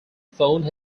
phoned